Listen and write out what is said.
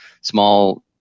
small